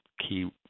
key